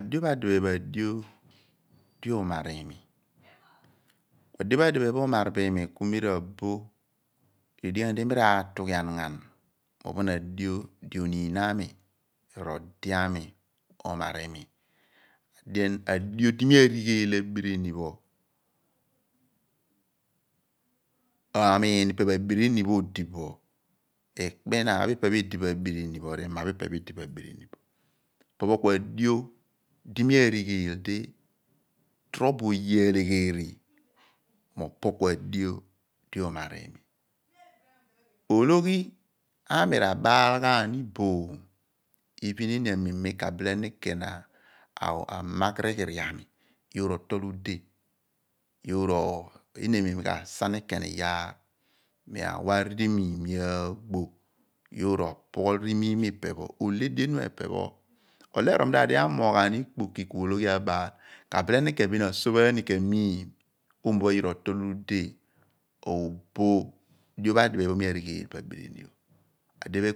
Dio pho adiphe pho adio di uumar imi ku adio pho adiphe pho umar bo iimi ku mi ra boh. redighi ghan nidi mi raatughian ghan ni mo ophon adio di ooniin ami r'ode ami uumar iimi, adien adio di mi arigheel abinni pho aamiin ipe abirini pho odibo aamin ikpina pho r'ima pho ipe edibo sien abini pho. Opo ku adio di mi arigheel ku torobo oge alegheri mo muumar iimi. Ologhi ami r'abaal ghan iboom ken iini amen mi ka magh righiri aami yor otol ude, eeni amem mi ka sa ni ken iyaar mi awe rimiim mi aagbo yoor opughul rimiin pho ipe pho, ole edien pho epe pho. Olo erol mudaad mo apam ikpoki ku ologbi pho abaal ani ken ka bile ni aagbo ni rimiim mo ku yoor opugho obile obol opo